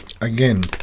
Again